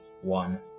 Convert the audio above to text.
one